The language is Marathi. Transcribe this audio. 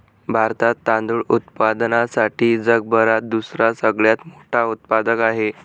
भारतात तांदूळ उत्पादनासाठी जगभरात दुसरा सगळ्यात मोठा उत्पादक आहे